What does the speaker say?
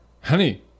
honey